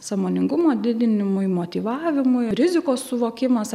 sąmoningumo didinimui motyvavimui rizikos suvokimas